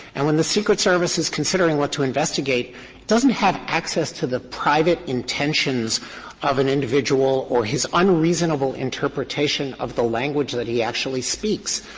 and when the secret service is considering what to investigate it doesn't have access to the private intentions of an individual or his unreasonable interpretation of the language that he actually speaks.